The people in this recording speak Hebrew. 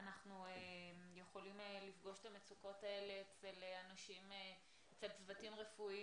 אנחנו יכולים לפגוש את המצוקות האלה אצל צוותים רפואיים,